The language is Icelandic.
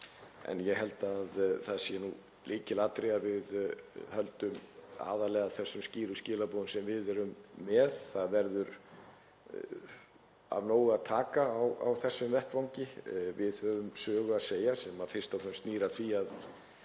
En ég held að það sé lykilatriði að við höldum aðallega þessum skýru skilaboðum sem við erum með. Það verður af nógu að taka á þessum vettvangi. Við höfum sögu að segja sem fyrst og fremst snýr að